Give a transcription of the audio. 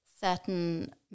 Certain